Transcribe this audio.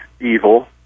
evil